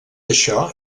això